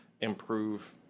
improve